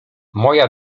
moja